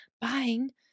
buying